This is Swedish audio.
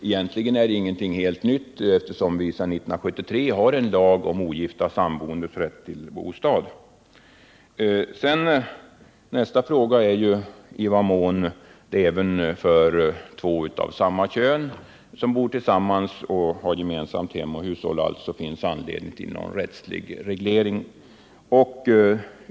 Egentligen är en lagreglering av detta inte en helt ny sak, eftersom vi sedan 1973 har en lag om ogifta samboendes rätt till bostad. Nästa fråga är i vad mån det även för de fall då två av samma kön bor tillsammans och har gemensamt hem och hushåll finns anledning till rättslig reglering.